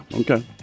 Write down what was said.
Okay